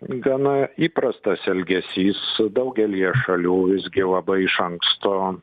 gana įprastas elgesys daugelyje šalių visgi labai iš anksto